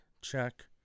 check